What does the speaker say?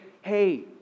hey